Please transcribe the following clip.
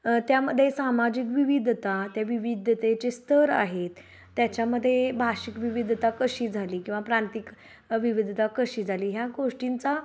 त्यामध्ये सामाजिक विविधता त्या विविधतेचे स्तर आहेत त्याच्यामध्ये भाषिक विविधता कशी झाली किंवा प्रांतिक विविधता कशी झाली ह्या गोष्टींचा